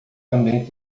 também